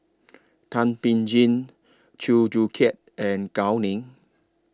Thum Ping Tjin Chew Joo Chiat and Gao Ning